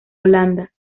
holanda